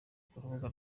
kurubuga